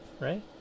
right